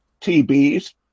TB's